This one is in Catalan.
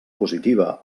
positiva